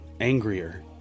angrier